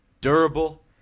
durable